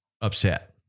upset